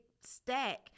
stack